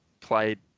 played